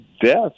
death